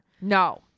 No